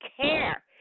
care